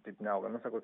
taip neauga na sako